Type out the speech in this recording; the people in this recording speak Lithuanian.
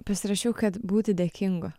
pasirašiau kad būti dėkingu